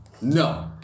No